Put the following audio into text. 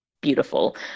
beautiful